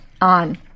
On